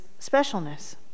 specialness